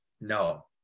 No